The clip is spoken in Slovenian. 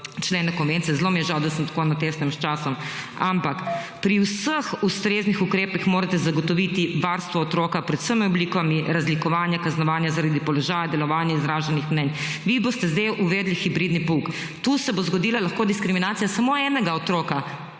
člene konvencije, zelo mi je žal, da sem tako na tesnem s časom, ampak pri vseh ustreznih ukrepih morate zagotoviti varstvo otroka pred vsemi oblikami razlikovanja, kaznovanja zaradi položaja, delovanja izraženih mnenj. Vi boste zdaj uvedli hibridni pouk. Tu se bo lahko zgodila diskriminacija samo enega otroka,